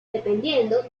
dependiendo